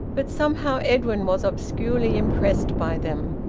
but somehow edwin was obscurely impressed by them,